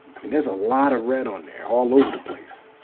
i mean, there's a lot of red on there all over the place.